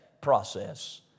process